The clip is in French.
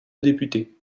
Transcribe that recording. députés